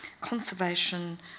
conservation